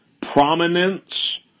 prominence